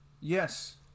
yes